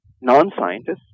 non-scientists